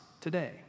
today